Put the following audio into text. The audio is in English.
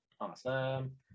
Awesome